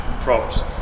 props